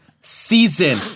season